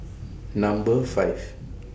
Number five